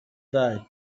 die